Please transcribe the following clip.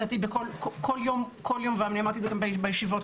אני אמרתי בישיבות,